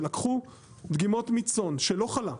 שלקחו דגימות מצאן שלא חלה,